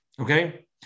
Okay